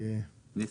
"נס"ר"